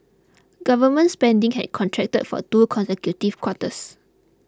government spending had contracted for two consecutive quarters